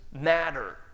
matter